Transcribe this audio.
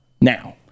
now